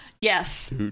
Yes